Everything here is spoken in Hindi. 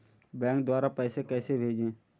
बैंक द्वारा पैसे कैसे भेजें?